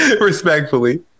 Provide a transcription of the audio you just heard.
Respectfully